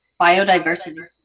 Biodiversity